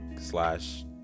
slash